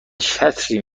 چتری